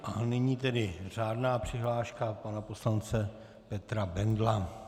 A nyní tedy řádná přihláška pana poslance Petra Bendla.